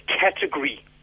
category